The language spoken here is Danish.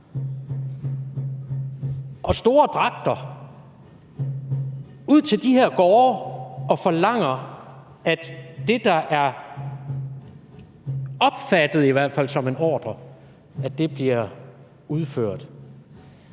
og store dragter, ud til de her gårde, og forlanger, at det, der i hvert fald er opfattet som en ordre, bliver udført.